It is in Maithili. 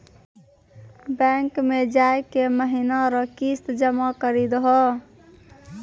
बैंक मे जाय के महीना रो किस्त जमा करी दहो